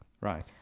Right